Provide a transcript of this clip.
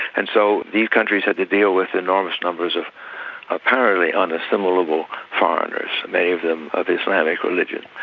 and so these countries had to deal with enormous numbers of apparently unassimilable foreigners, many of them of islamic religion.